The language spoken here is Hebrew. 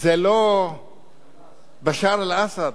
זה לא בשאר אל-אסד,